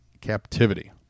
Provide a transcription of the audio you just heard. captivity